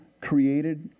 created